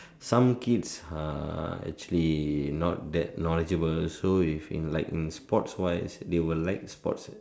some kids are actually not that knowledgeable so like if in sports wise they will like sports